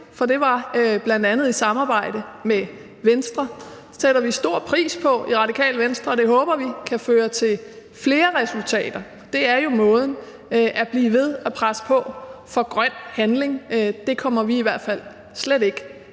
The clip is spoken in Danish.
for det var bl.a. i samarbejde med Venstre. Det sætter vi stor pris på i Radikale Venstre, og det håber vi kan føre til flere resultater. Det er jo måden at gøre det på, altså at blive ved med at presse på for grøn handling. Det kommer vi i hvert fald slet ikke